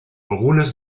algunes